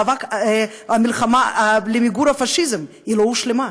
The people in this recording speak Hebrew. המלחמה למיגור הפאשיזם לא הושלמה.